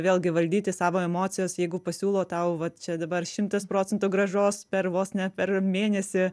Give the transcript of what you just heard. vėlgi valdyti savo emocijas jeigu pasiūlo tau va čia dabar šimtas procentų grąžos per vos ne per mėnesį